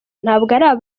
ntabwo